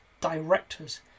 directors